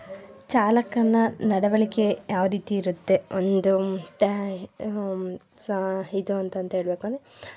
ಚಾಲಕನ ನಡವಳಿಕೆ ಯಾವ ರೀತಿ ಇರುತ್ತೆ ಒಂದು ಇದು ಅಂತಂತ ಹೇಳಬೇಕು ಅಂದೆ